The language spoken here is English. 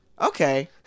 Okay